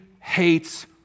hates